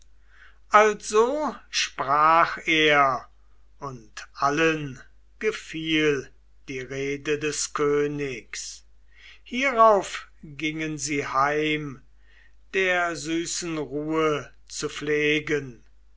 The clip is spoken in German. also sprach er und allen gefiel die rede des königs hierauf gingen sie heim der süßen ruhe zu pflegen